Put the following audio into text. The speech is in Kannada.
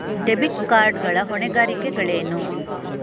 ಡೆಬಿಟ್ ಕಾರ್ಡ್ ಗಳ ಹೊಣೆಗಾರಿಕೆಗಳೇನು?